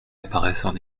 apparaissent